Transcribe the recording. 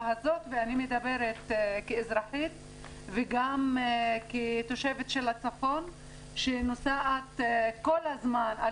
הזאת ואני מדברת כאזרחית וגם כתושבת הצפון שנוסעת כל הזמן על